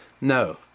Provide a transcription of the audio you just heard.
No